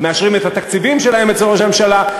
מאשרים את התקציבים שלהם אצל ראש הממשלה.